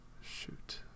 Shoot